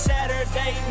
Saturday